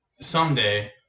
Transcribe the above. someday